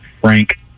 Frank